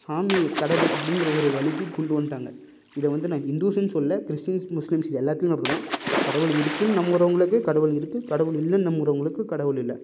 சாமி கடவுள் அப்படிங்கிற ஒரு வழிக்கு கொண்டு வந்துட்டாங்க இதை வந்து நான் ஹிந்துஸ்ன்னு சொல்லலை கிறிஸ்டின்ஸ் முஸ்லீம்ஸ் எல்லாத்துலயும் அப்படித்தான் கடவுள் இருக்குன்னு நம்புறவங்களுக்கு கடவுள் இருக்கு கடவுள் இல்லைன்னு நம்புறவங்களுக்கு கடவுள் இல்லை